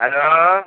hello